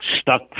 stuck